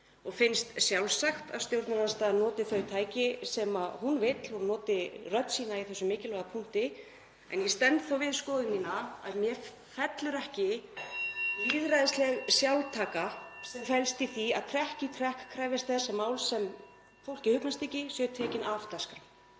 og finnst sjálfsagt að stjórnarandstaðan noti þau tæki sem hún vill og noti rödd sína í þessum mikilvæga punkti. En ég stend við þá skoðun mína að mér fellur ekki lýðræðisleg sjálftaka, sem felst í því að krefjast þess trekk í trekk að mál sem fólki hugnast ekki séu tekin af dagskrá.